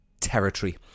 territory